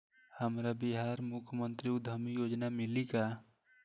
हमरा बिहार मुख्यमंत्री उद्यमी योजना मिली का?